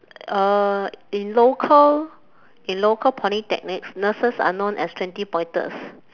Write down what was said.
uh in local in local polytechnics nurses are known as twenty pointers